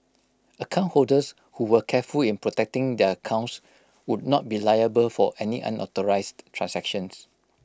account holders who were careful in protecting their accounts would not be liable for any unauthorised transactions